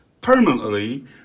permanently